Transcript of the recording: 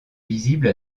visible